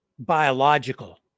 Biological